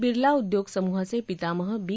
बिर्ला उद्योग समूहाचे पितामह बी